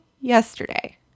yesterday